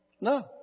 No